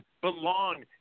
belong